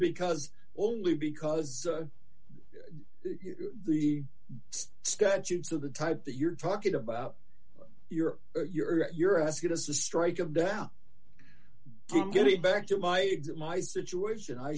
because only because the statutes of the type that you're talking about you're you're you're asking us to strike of down getting back to my my situation i